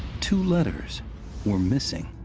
two letters were missing.